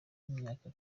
w’imyaka